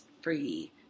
free